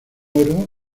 oro